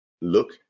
look